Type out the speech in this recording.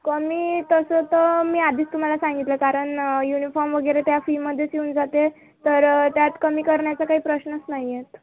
कमी तसं तर मी आधीच तुम्हाला सांगितलं कारण युनिफॉर्म वगैरे त्या फीमध्येच येऊन जाते तर त्यात कमी करण्याचा काही प्रश्नच नाही येत